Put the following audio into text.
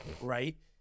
right